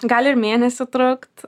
gali ir mėnesį trukt